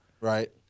right